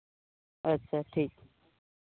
ᱟᱪᱪᱷᱟ ᱴᱷᱤᱠ